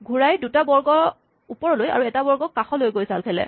ঘোঁৰাই দুটা বৰ্গ ওপৰলৈ আৰু এটা বৰ্গ কাষলৈ গৈ চাল খেলে